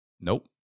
Nope